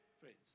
friends